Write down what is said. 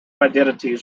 identities